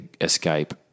escape